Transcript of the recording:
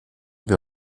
wir